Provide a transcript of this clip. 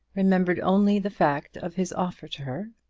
remembered only the fact of his offer to her,